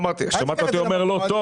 שמעת אותי אומר לא טוב?